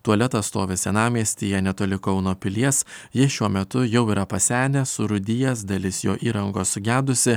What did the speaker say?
tualetas stovi senamiestyje netoli kauno pilies jis šiuo metu jau yra pasenęs surūdijęs dalis jo įrangos sugedusi